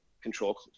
control